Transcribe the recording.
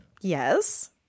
yes